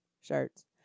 Shirts